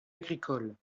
agricole